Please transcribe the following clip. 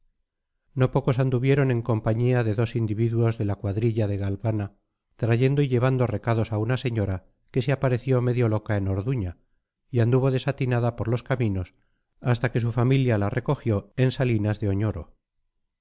no pocos anduvieron en compañía de dos individuos de la cuadrilla de galvana trayendo y llevando recados a una señora que se apareció medio loca en orduña y anduvo desatinada por los caminos hasta que su familia la recogió en salinas de oñoro